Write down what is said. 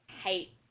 hate